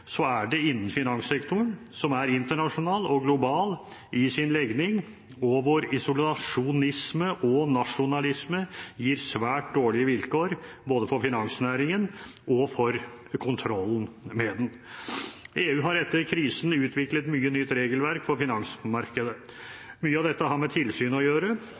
så er det innen finanssektoren, som er internasjonal og global i sin legning, og vår isolasjonisme og nasjonalisme gir svært dårlige vilkår både for finansnæringen og for kontrollen med den. EU har etter krisen utviklet mye nytt regelverk for finansmarkedet. Mye av dette har med tilsyn å gjøre,